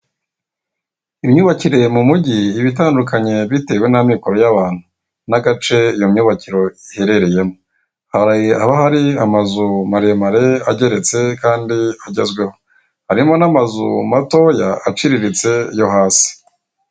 Imyubakire mu mujyi iba itandukanye bitewe n'amikoro y'abantu n'agace iyo myubakiro iherereyemo. Hari ahahari amazu maremare agerekeretse kandi agezweho, hari n'amazu matoya aciriritse yo hasi.